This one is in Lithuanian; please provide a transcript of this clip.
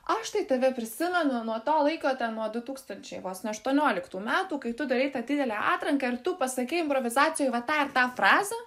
aš tai tave prisimenu nuo to laiko nuo du tūkstančiai vos ne aštuonioliktų metų kai tu darei tą didelę atranką ir tu pasakei improvizacijoj va tą ir tą frazę